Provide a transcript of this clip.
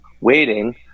waiting